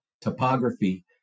topography